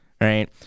right